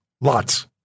Lots